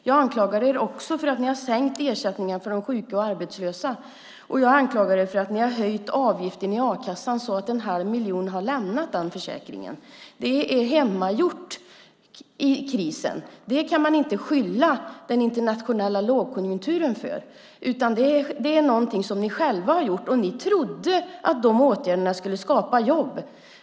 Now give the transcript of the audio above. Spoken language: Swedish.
Jag anklagar er också för att ni har sänkt ersättningen för de sjuka och arbetslösa, och jag anklagar er för att ni har höjt avgiften i a-kassan så att en halv miljon har lämnat den försäkringen. Det är hemmagjort i krisen. Det kan man inte skylla den internationella lågkonjunkturen för, utan det är någonting som ni själva har gjort. Ni trodde att de åtgärderna skulle skapa jobb.